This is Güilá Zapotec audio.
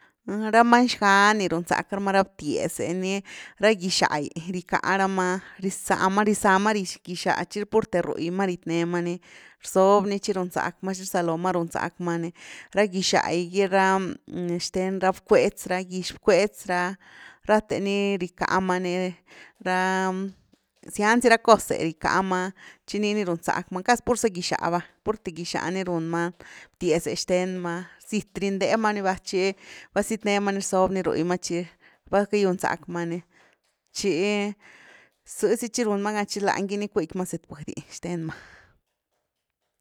Ra many xga ni run zack rama ra btiez’e, ni ra gix’agy ricá rama, rizá ma, rizá ma gix’á tchi purthe rugy ma riet ne ma ni rzob ni tchi rzalo ma run zack ma ni, ra gix’a gyxten ra bcwetz, ra gix-bcwetz ra rathe ni rie-cáma ni, ra zian zy ra cose riecáma tchi ni ni runzack ma ni casi purza gix’a va, purthr gix’a ni run ma btiez’e xthen ma sit rindéma ni va tchi vazitne mani rzob ni ru’gy ma tchi va cayun zack ma ni tchi zëzy tchi run ma gan tchi lany gy ni cuickma zëtbudy xten ma.